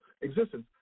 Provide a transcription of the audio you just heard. existence